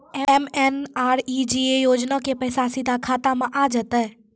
MNREGA योजना के पैसा सीधा खाता मे आ जाते?